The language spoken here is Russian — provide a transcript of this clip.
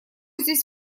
здесь